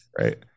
Right